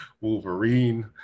wolverine